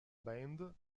band